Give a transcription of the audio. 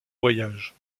voyage